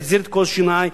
החזיר את כל סיני,